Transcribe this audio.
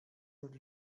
und